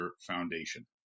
Foundation